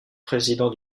président